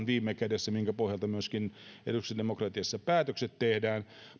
viime kädessä todellisuuskuvan jonka pohjalta myöskin edustuksellisessa demokratiassa päätökset tehdään